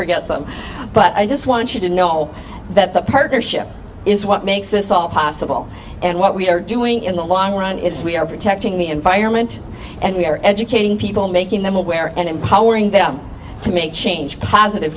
forget them but i just want you to know that the partnership is what makes this all possible and what we are doing in the long run is we are protecting the environment and we're educating people making them aware and empowering them to make change positive